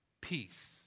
peace